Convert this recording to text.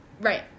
right